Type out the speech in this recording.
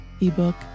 ebook